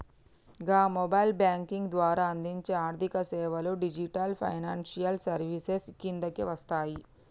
గా mobile banking ద్వారా అందించే ఆర్థికసేవలు డిజిటల్ ఫైనాన్షియల్ సర్వీసెస్ కిందకే వస్తయి